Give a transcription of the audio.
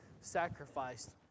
sacrificed